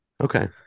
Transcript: Okay